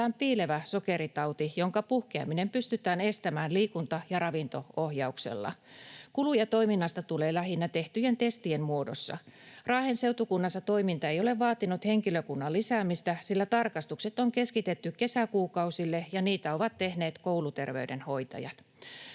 piilevä sokeritauti, jonka puhkeaminen pystytään estämään liikunta- ja ravinto-ohjauksella. Kuluja toiminnasta tulee lähinnä tehtyjen testien muodossa. Raahen seutukunnassa toiminta ei ole vaatinut henkilökunnan lisäämistä, sillä tarkastukset on keskitetty kesäkuukausille ja niitä ovat tehneet kouluter-veydenhoitajat.